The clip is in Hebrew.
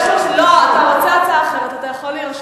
אתה רוצה הצעה אחרת אתה יכול להירשם.